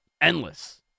endless